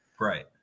right